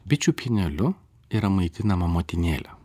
bičių pieneliu yra maitinama motinėle